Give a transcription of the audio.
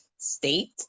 state